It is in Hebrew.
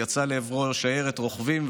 יצאה לעברו שיירת רוכבים,